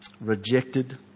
rejected